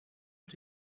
did